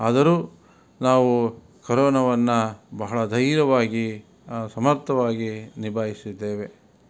ಆದರೂ ನಾವು ಕರೋನವನ್ನು ಬಹಳ ಧೈರ್ಯವಾಗಿ ಸಮರ್ಥವಾಗಿ ನಿಭಾಯಿಸಿದ್ದೇವೆ